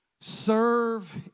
Serve